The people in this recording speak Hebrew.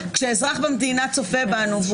כשאזרח במדינה צופה בנו,